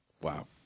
Wow